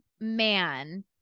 man